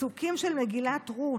הפסוקים של מגילת רות